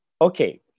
Okay